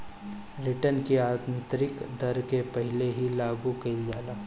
return की आतंरिक दर के पहिले ही लागू कईल जाला